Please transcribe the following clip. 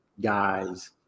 guys